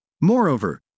Moreover